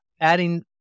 adding